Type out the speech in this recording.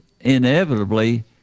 inevitably